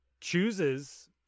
chooses